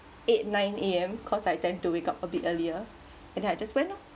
eight nine A_M cause I tend to wake up a bit earlier and then I just went lah